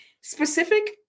specific